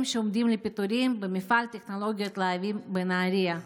שמועמדים לפיטורים במפעל טכנולוגיות להבים בנהריה,